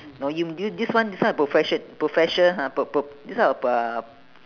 no you th~ this one this one profession profession ha pro~ pro~ this type of uh